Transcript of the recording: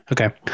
okay